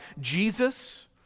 Jesus